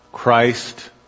Christ